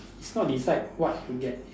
it's not decide what you get is